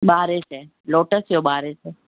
ॿारहे सै लोटस जो ॿारहे सै